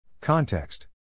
Context